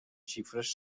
xifres